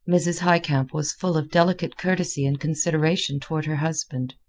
mrs. highcamp was full of delicate courtesy and consideration toward her husband.